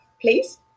please